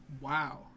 wow